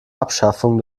abschaffung